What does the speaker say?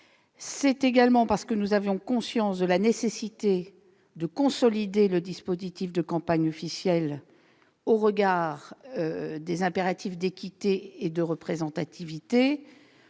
C'est également parce qu'il a conscience de la nécessité de consolider le dispositif de campagne officielle au regard des impératifs d'équité et de représentativité